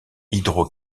hydro